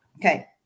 Okay